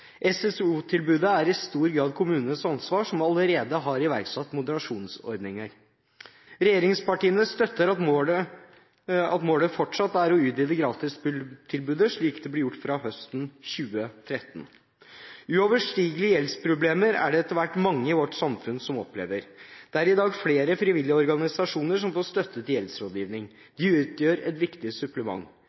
SFO-tilbudet er i stor grad kommunenes ansvar, og det er allerede iverksatt moderasjonsordninger. Regjeringspartiene støtter at målet fortsatt er å utvide gratistilbudet, slik det blir gjort fra høsten 2013. Uoverstigelige gjeldsproblemer er det etter hvert mange i vårt samfunn som opplever. Det er i dag flere frivillige organisasjoner som får støtte til gjeldsrådgivning. De utgjør et viktig supplement.